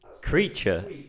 Creature